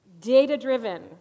data-driven